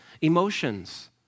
Emotions